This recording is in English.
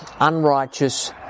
unrighteous